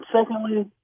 secondly